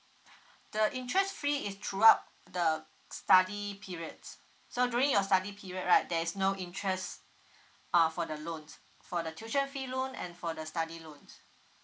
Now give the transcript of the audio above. the interest free is throughout the study periods so during your study period right there's no interest uh for the loans for the tuition fee loan and for the study loans